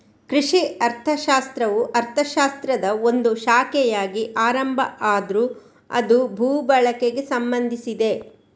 ಕೃಷಿ ಅರ್ಥಶಾಸ್ತ್ರವು ಅರ್ಥಶಾಸ್ತ್ರದ ಒಂದು ಶಾಖೆಯಾಗಿ ಆರಂಭ ಆದ್ರೂ ಅದು ಭೂ ಬಳಕೆಗೆ ಸಂಬಂಧಿಸಿದೆ